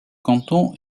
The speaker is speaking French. canton